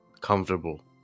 comfortable